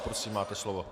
Prosím, máte slovo.